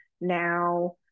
now